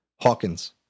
Hawkins